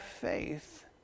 faith